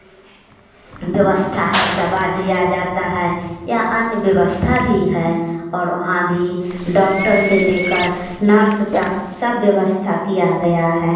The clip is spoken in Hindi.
व्यवस्था है दवा दिया जाता है या अन्य व्यवस्था भी है और वहाँ भी डॉक्टर से लेकर नर्स तक सब व्यवस्था किया गया है